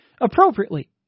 appropriately